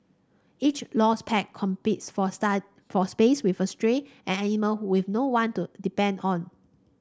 each lost pet competes for start for space with a stray an animal with no one to depend on